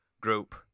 group